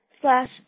slash